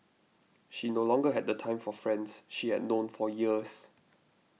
she no longer had the time for friends she had known for years